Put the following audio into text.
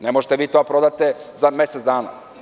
Ne možete vi to da prodate za mesec dana.